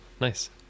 Nice